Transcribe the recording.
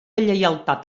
lleialtat